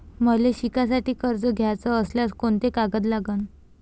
मले शिकासाठी कर्ज घ्याचं असल्यास कोंते कागद लागन?